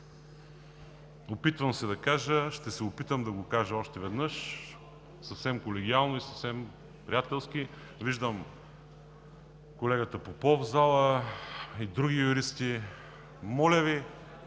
си на две части. Ще се опитам да го кажа още веднъж съвсем колегиално и съвсем приятелски. Виждам колегата Попов в залата, а и други юристи. Моля Ви,